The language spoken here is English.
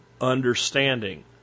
understanding